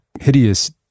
hideous